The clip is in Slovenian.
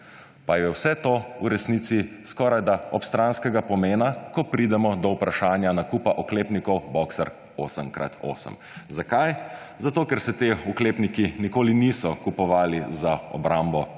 Pa je vse to v resnici skorajda obstranskega pomena, ko pridemo do vprašanja nakupa oklepnikov Boxer 8x8. Zakaj? Zato ker se ti oklepniki nikoli niso kupovali za obrambo